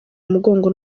umugongo